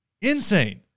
Insane